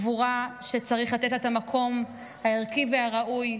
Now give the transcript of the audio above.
גבורה שצריך לתת לה את המקום הערכי והראוי.